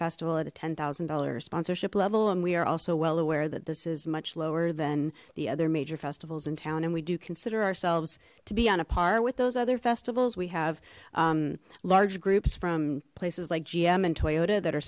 festival at a ten thousand dollar sponsorship level and we are also well aware that this is much lower than the other major festivals in town and we do consider ourselves to be on a par with those other festivals we have large groups from places like gm and toyota that are